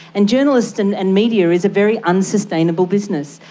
and journalists and and media is a very unsustainable business.